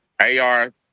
AR